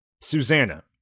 Susanna